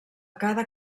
cada